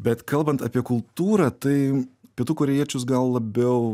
bet kalbant apie kultūrą tai pietų korėjiečius gal labiau